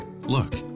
Look